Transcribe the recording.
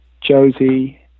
Josie